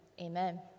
amen